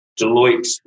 Deloitte